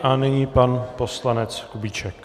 A nyní pan poslanec Kubíček.